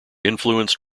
influenced